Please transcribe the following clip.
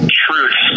truth